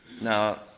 Now